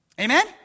Amen